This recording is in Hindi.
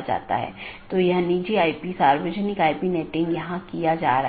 जाता है और BGP साथियों को अग्रेषित किया जाता है